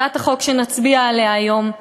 הצעת החוק שנצביע עליה היום,